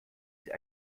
sie